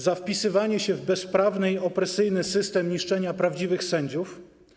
Za wpisywanie się w bezprawny i opresyjny system niszczenia prawdziwych sędziów?